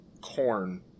corn